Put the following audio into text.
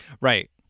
right